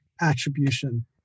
attribution